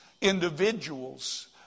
individuals